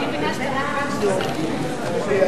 ההסתייגות לחלופין של קבוצת סיעת